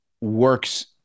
works